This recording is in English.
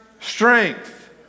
strength